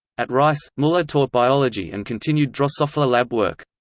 at rice, muller taught biology and continued drosophila lab work.